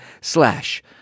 slash